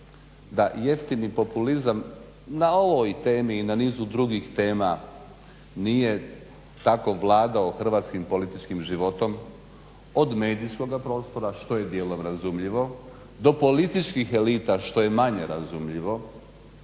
da jeftini populizam na ovoj temi i na nizu drugih tema nije tako vladao Hrvatskim političkim životom, od medijskoga prostora što je dijelom razumljivo do političkih elita, što je manje razumljivo.